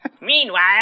Meanwhile